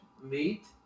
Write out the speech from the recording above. meat